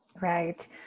Right